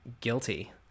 guilty